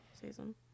season